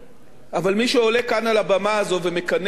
הבמה הזו ומכנה את אנשי האוצר "רשעים"